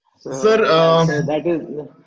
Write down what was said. Sir